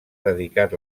dedicat